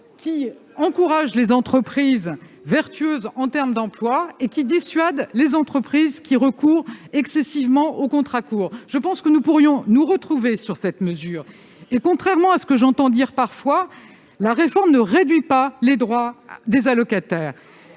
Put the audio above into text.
qui encourage les entreprises vertueuses en termes d'emploi et qui dissuade les entreprises qui recourent excessivement aux contrats courts. Je pense que nous pourrions nous retrouver sur cette mesure. Contrairement à ce que j'entends dire parfois, la réforme ne réduit pas les droits des allocataires.